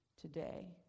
today